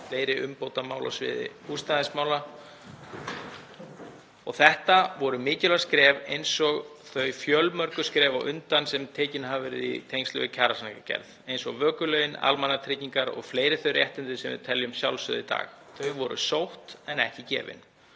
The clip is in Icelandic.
fleiri umbætur á sviði húsnæðismála. Þetta voru mikilvæg skref eins og þau fjölmörgu skref á undan sem stigin hafa verið í tengslum við kjarasamningagerð, t.d. vökulögin, almannatryggingar og fleiri þau réttindi sem við teljum sjálfsögð í dag. Þau réttindi voru sótt en ekki gefin